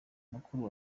mukura